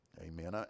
Amen